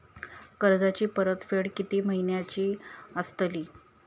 कर्जाची परतफेड कीती महिन्याची असतली?